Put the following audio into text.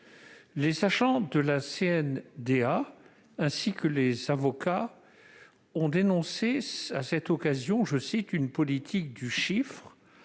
Les agents de la CNDA, ainsi que les avocats, ont dénoncé à cette occasion une « politique du chiffre ».